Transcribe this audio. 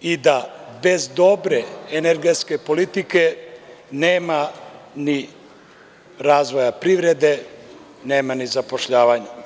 i da bez dobre energetske politike nema ni razvoja privrede, nema ni zapošljavanja.